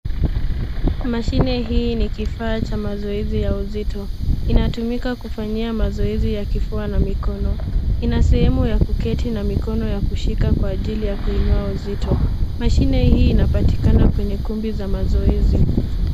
Mashine hii ni kifaa cha mazoezi ya uzito. Inatumika kufanyia mazoezi ya kifua na mikono. Ina sehemu ya kuketi na mikono ya kushika kwa ajili ya kuinua uzito, Mashine hii inapatikana kwenye kumbi za mazoezi.